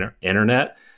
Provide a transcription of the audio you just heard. internet